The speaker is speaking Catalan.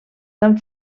tan